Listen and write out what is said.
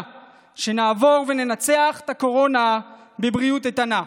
שנעבור וננצח את הקורונה בבריאות איתנה.